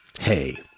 Hey